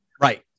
right